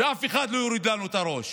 ואף אחד לא יוריד לנו את הראש.